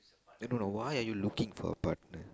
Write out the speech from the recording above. I don't know why are you looking for a partner